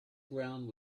ground